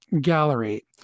gallery